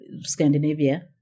Scandinavia